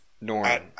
Norman